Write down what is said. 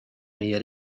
meie